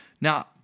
Now